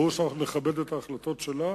ברור שאנחנו נכבד את ההחלטות שלה.